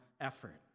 effort